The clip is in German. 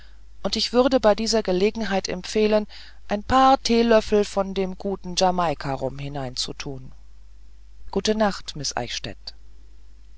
und ich würde bei dieser gelegenheit empfehlen ein paar teelöffel von gutem jamaika rum hineinzutun gute nacht miß eichstädt